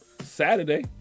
Saturday